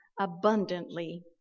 abundantly